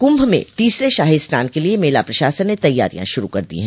कुंभ में तीसरे शाही स्नान के लिये मेला प्रशासन न तैयारियां शुरू कर दी है